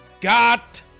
got